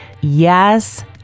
Yes